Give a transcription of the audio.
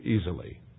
easily